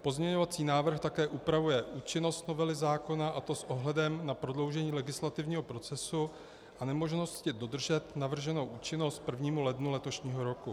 Pozměňovací návrh také upravuje účinnost novely zákona, a to s ohledem na prodloužení legislativního procesu a nemožnost dodržet navrženou účinnost k 1. lednu letošního roku.